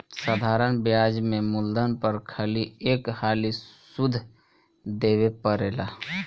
साधारण ब्याज में मूलधन पर खाली एक हाली सुध देवे परेला